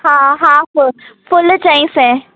हा half full चारि सौ